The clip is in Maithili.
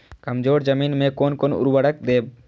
कमजोर जमीन में कोन कोन उर्वरक देब?